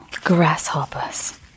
grasshoppers